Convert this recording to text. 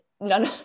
none